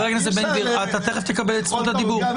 אתה תכף תקבל את זכות הדיבור,